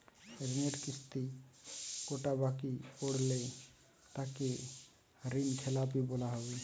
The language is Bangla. ঋণের কিস্তি কটা বাকি পড়লে তাকে ঋণখেলাপি বলা হবে?